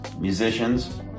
musicians